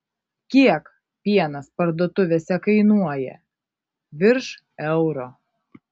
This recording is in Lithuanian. kiek pienas parduotuvėse kainuoja virš euro